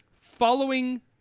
Following